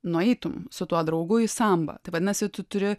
nueitum su tuo draugu į sambą tai vadinasi tu turi